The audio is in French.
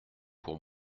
pour